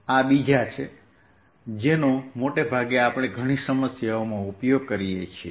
આ બીજા છે જેનો મોટે ભાગે આપણે ઘણી સમસ્યાઓમાં ઉપયોગ કરીએ છીએ